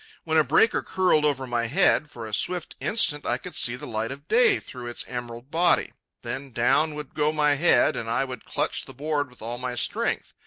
when a breaker curled over my head, for a swift instant i could see the light of day through its emerald body then down would go my head, and i would clutch the board with all my strength.